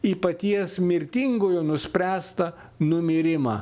į paties mirtingojo nuspręstą numirimą